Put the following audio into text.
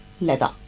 leather